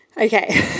Okay